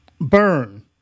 burn